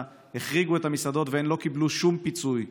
החריגו את המסעדות והן לא קיבלו שום פיצוי.